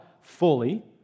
fully